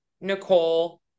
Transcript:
Nicole